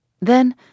Then